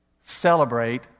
celebrate